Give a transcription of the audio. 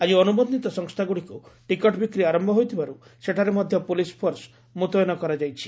ଆଜି ଅନୁବଛିତ ସଂସ୍ଚାଗୁଡ଼ିକୁ ଟିକଟ ବିକ୍ରି ଆରମ୍ଭ ହୋଇଥିବାରୁ ସେଠାରେ ମଧ ପୁଲିସ ଫୋର୍ସ ମୁତୟନ କରାଯାଇଛି